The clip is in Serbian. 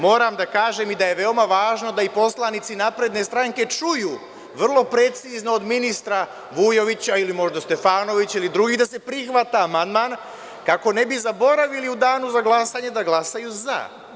Moram da kažem i da je veoma važno da i poslanici Napredne stranke čuju vrlo precizno od ministra Vujovića ili možda Stefanovića, ili drugih, da se prihvata amandman, kako ne bi zaboravili u danu za glasanje da glasaju za.